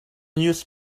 used